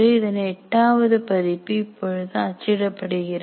இதன் எட்டாவது பதிப்பு இப்பொழுது அச்சிடப்படுகிறது